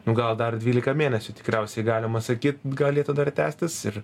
nu gal dar dvylika mėnesių tikriausiai galima sakyt galėtų dar tęstis ir